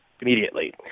immediately